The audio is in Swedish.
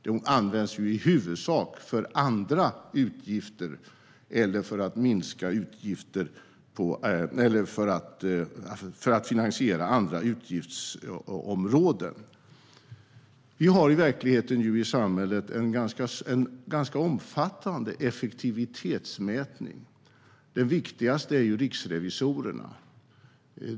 Det används i huvudsak för andra utgifter eller för att finansiera andra utgiftsområden. Vi har i verkligheten, i samhället, en ganska omfattande effektivitetsmätning. Den viktigaste är riksrevisorerna.